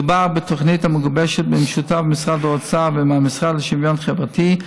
מדובר בתוכנית המגובשת במשותף עם משרד האוצר ועם המשרד לשוויון חברתי,